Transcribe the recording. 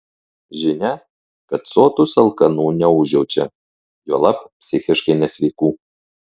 žinia kad sotūs alkanų neužjaučia juolab psichiškai nesveikų